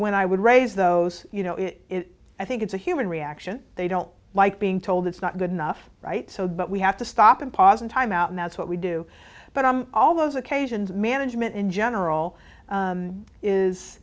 when i would raise those you know i think it's a human reaction they don't like being told it's not good enough right so but we have to stop and pause and timeout and that's what we do but i'm all those occasions management in general